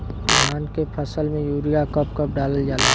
धान के फसल में यूरिया कब कब दहल जाला?